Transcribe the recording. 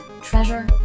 Treasure